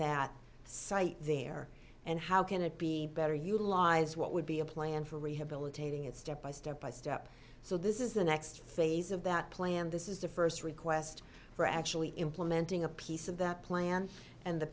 that site there and how can it be better utilized what would be a plan for rehabilitating it step by step by step so this is the next phase of that plan this is the first request for actually implementing a piece of that plan and the